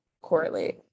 correlate